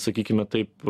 sakykime taip